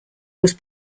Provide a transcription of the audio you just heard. was